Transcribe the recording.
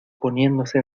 poniéndose